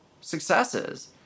successes